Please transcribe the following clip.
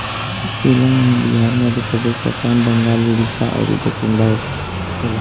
केला इहां बिहार, मध्यप्रदेश, आसाम, बंगाल, उड़ीसा अउरी दक्षिण भारत में होखेला